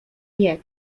mnie